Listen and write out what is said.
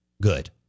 Good